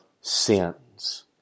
sins